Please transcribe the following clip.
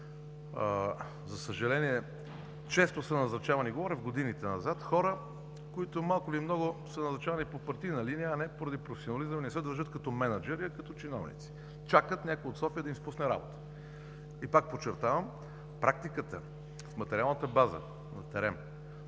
За съжаление, често са назначавани – говоря в годините назад, хора, които малко или много са назначавани по партийна линия, а не по професионализъм и не се държат като мениджъри, а като чиновници – чакат някой от София да им спусне работа. Пак подчертавам, практиката, материалната база на ТЕРЕМ